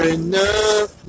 enough